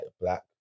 black